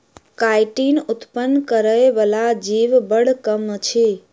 chitin उत्पन्न करय बला जीव बड़ कम अछि